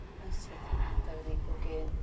बस इन तकनीकों के